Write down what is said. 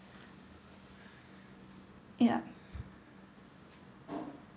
ya